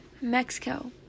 Mexico